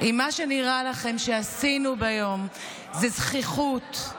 אם מה שנראה לכם שעשינו היום זה זחיחות,